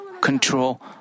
control